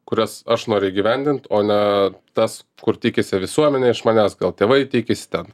kurias aš noriu įgyvendint o ne tas kur tikisi visuomenė iš manęs gal tėvai tikisi ten